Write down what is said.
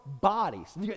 bodies